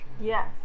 Yes